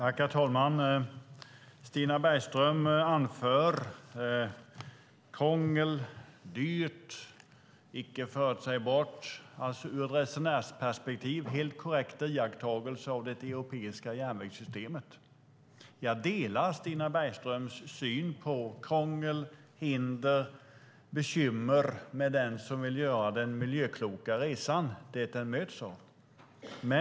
Herr talman! Stina Bergström anför krångel och att det är dyrt och icke förutsägbart. Det är ur ett resenärsperspektiv helt korrekta iakttagelser av det europeiska järnvägssystemet. Jag delar Stina Bergströms syn på att den som vill göra den miljökloka resan möts av krångel, hinder och bekymmer.